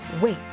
wait